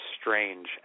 strange